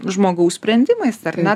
žmogaus sprendimais ar ne